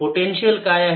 potential काय आहे